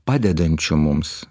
padedančių mums